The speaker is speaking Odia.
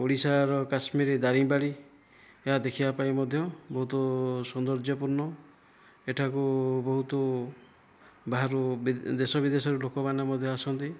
ଓଡ଼ିଶାର କାଶ୍ମୀର ଦାରିଙ୍ଗବାଡ଼ି ଏହା ଦେଖିବା ପାଇଁ ମଧ୍ୟ ବହୁତ ସୌନ୍ଦର୍ଯ୍ୟପୂର୍ଣ୍ଣ ଏଠାକୁ ବହୁତ ବାହାରୁ ବି ଦେଶ ବିଦେଶରୁ ଲୋକମାନେ ମଧ୍ୟ ଆସନ୍ତି